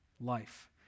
life